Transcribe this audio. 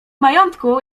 majątku